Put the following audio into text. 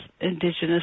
indigenous